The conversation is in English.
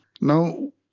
Now